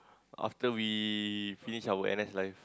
after we finished our N_S life